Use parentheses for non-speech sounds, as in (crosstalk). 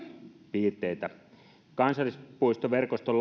piirteitä kansallispuistoverkoston (unintelligible)